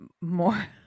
more